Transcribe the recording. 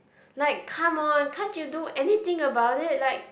like come on can't you do anything about it like